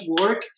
work